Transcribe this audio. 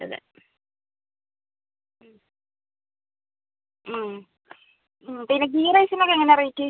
അതെ മ് മ് പിന്നെ ഗീ റൈസിനൊക്കെ എങ്ങനെയാണ് റേറ്റ്